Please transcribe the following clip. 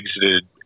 exited